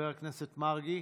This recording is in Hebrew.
חבר הכנסת מרגי,